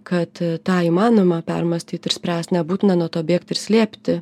kad tą įmanoma permąstyt ir spręst nebūtina nuo to bėgt ir slėpti